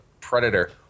predator